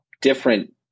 different